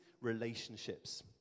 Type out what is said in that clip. relationships